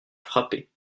frappé